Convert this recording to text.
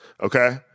Okay